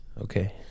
Okay